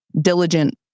diligent